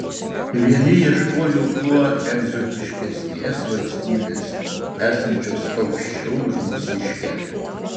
vieni ieškojo kuo egzotiškesnės valstybės esančios aukščiau už mūsiškę